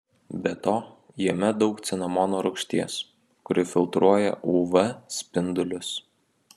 be to jame daug cinamono rūgšties kuri filtruoja uv spindulius